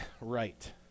right